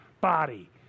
body